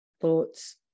thoughts